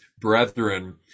brethren